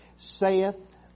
saith